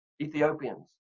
Ethiopians